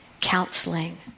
Counseling